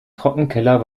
trockenkeller